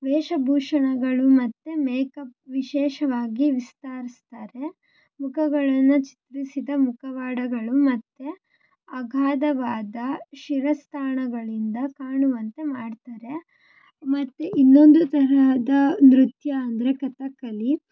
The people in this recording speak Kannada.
ವೇಷಭೂಷಣಗಳು ಮತ್ತು ಮೇಕಪ್ ವಿಶೇಷವಾಗಿ ವಿಸ್ತಾರಿಸ್ತಾರೆ ಮುಖಗಳನ್ನ ಚಿತ್ರಿಸಿದ ಮುಖವಾಡಗಳು ಮತ್ತು ಅಗಾಧವಾದ ಶಿರಸ್ತ್ರಾಣಗಳಿಂದ ಕಾಣುವಂತೆ ಮಾಡ್ತಾರೆ ಮತ್ತು ಇನ್ನೊಂದು ತರಹದ ನೃತ್ಯ ಅಂದರೆ ಕಥಕ್ಕಲಿ